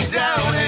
down